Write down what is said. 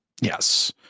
Yes